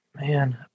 Man